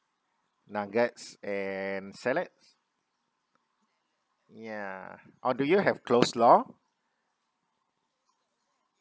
nuggets and salads ya or do you have coleslaw